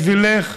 בשבילך?